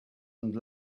and